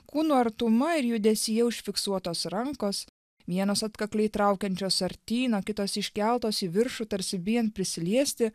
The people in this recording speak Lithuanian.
kūnų artuma ir judesyje užfiksuotos rankos vienos atkakliai traukiančios artyn o kitos iškeltos į viršų tarsi bijant prisiliesti